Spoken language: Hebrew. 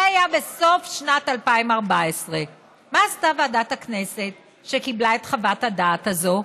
זה היה בסוף שנת 2014. מה עשתה ועדת הכנסת כשקיבלה את חוות הדעת הזאת?